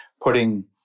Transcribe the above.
putting